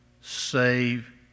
save